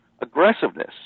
aggressiveness